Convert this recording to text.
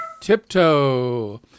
Tiptoe